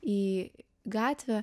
į gatvę